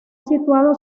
situado